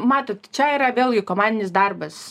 matot čia yra vėlgi komandinis darbas